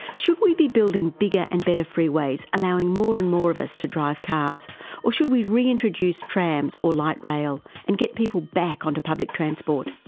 should we be building bigger and better freeways, allowing more and more of us to drive cars or should we reintroduce trams or light rail, and get people back onto public transport?